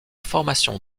formation